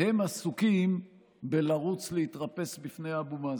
הם עסוקים בלרוץ להתרפס בפני אבו מאזן.